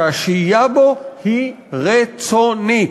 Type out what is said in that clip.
שהשהייה בו היא רצונית.